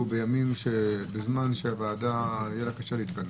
בימים ובזמן שהוועדה היה לה קשה להתכנס.